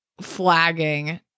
flagging